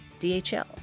DHL